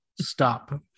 stop